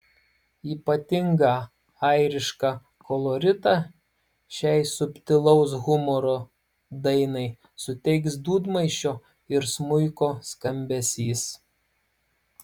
ypatingą airišką koloritą šiai subtilaus humoro dainai suteiks dūdmaišio ir smuiko skambesys